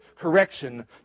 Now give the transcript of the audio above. correction